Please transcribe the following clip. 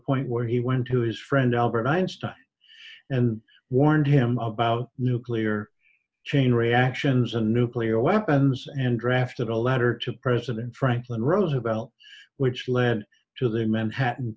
point where he went to his friend albert einstein and warned him about nuclear chain reactions and nuclear weapons and drafted a letter to president franklin roosevelt which led to the m